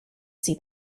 see